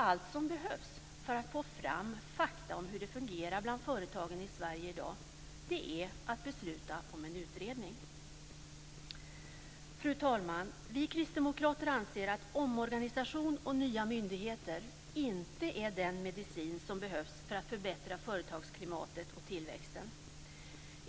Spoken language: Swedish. Allt som behövs för att få fram fakta om hur det fungerar bland företagen i Sverige i dag är att besluta om en utredning. Fru talman! Vi kristdemokrater anser att omorganisation och nya myndigheter inte är den medicin som behövs för att förbättra företagsklimatet och tillväxten.